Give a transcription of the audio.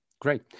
Great